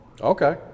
Okay